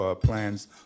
plans